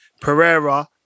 Pereira